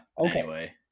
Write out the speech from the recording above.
Okay